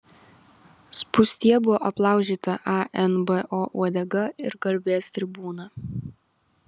spūstyje buvo aplaužyta anbo uodega ir garbės tribūna